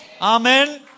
Amen